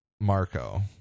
Marco